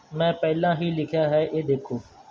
ਮੈਂ ਪਹਿਲਾਂ ਹੀ ਲਿਖਿਆ ਹੈ ਇਹ ਦੇਖੋ